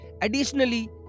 additionally